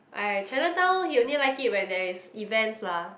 !aiya! Chinatown he only like it when there is events lah